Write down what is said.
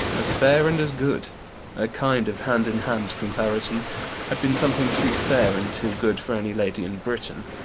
as fair and as good a kind of hand-in-hand comparison had been something too fair and too good for any lady in britain.